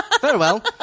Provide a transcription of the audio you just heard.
Farewell